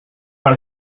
per